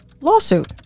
lawsuit